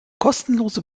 kostenlose